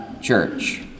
church